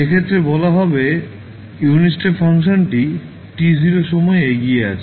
সেক্ষেত্রে বলা হবে ইউনিট স্টেপ ফাংশনটি t0 সময় এগিয়ে আছে